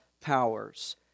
powers